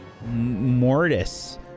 Mortis